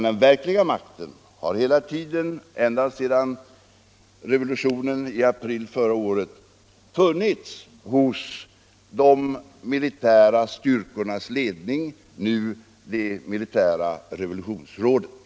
Den verkliga makten har hela tiden —- ända sedan revolutionen i april förra året — funnits hos de militära styrkornas ledning, nu det militära revolutionsrådet.